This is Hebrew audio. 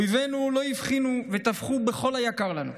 אויבינו לא הבחינו וטבחו בכל היקר לנו,